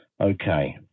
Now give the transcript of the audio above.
Okay